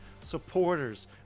supporters